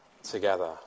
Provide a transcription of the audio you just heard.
together